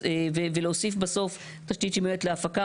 ולהוסיף בסוף "תשתית שמיועדת להפקה,